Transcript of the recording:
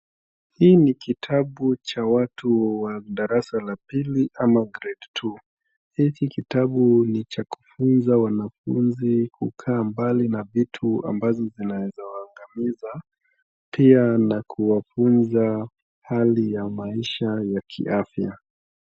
Hii ni kitabu cha watu wa darasa la pili ama grade two . Hiki kitabu ni cha kufunza wanafunzi kukaa mbali na vitu ambazo zinaweza waangamiza pia na kuwafunza hali ya maisha ya kiafya.